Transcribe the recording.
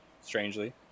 strangely